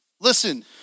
listen